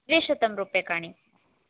द्विशतं रूप्यकाणि